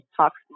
talks